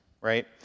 right